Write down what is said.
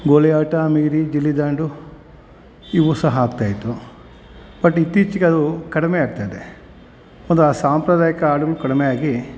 ಗೋಲಿ ಆಟ ಮೀರಿ ಗಿಲ್ಲಿ ದಾಂಡು ಇವು ಸಹ ಆಡ್ತಾಯಿದ್ರು ಬಟ್ ಇತ್ತೀಚೆಗೆ ಅದು ಕಡಿಮೆ ಆಗ್ತಾಯಿದೆ ಅಂದರೆ ಆ ಸಾಂಪ್ರದಾಯಿಕ ಆಟಗಳು ಕಡಿಮೆಯಾಗಿ